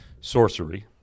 sorcery